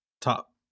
Top